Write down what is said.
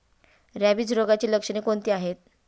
Rabies रोगाची लक्षणे कोणती आहेत?